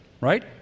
right